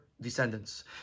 Descendants